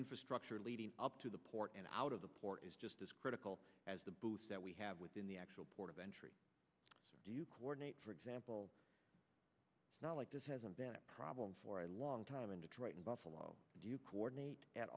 infrastructure leading up to the port and out of the port is just as critical as the booths that we have within the actual port of entry do you coordinate for example not like this hasn't been a problem for a long time in detroit in buffalo do you coordinate at